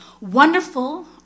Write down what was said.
Wonderful